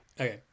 Okay